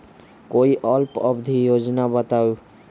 कोई अल्प अवधि योजना बताऊ?